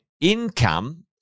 income